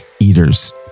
eaters